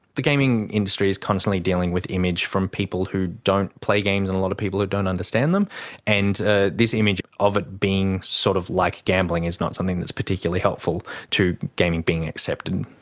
the gaming industry is constantly dealing with image from people who don't play games and a lot of people who don't understand them and ah this image of it being sort of like gambling is not something that's particularly helpful to gaming being accepted.